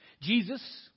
Jesus